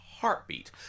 heartbeat